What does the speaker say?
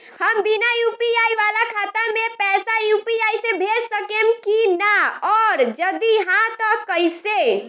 हम बिना यू.पी.आई वाला खाता मे पैसा यू.पी.आई से भेज सकेम की ना और जदि हाँ त कईसे?